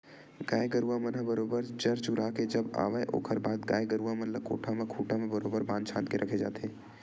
गाय गरुवा मन ह बरोबर चर चुरा के जब आवय ओखर बाद गाय गरुवा मन ल कोठा म खूंटा म बरोबर बांध छांद के रखे जाथे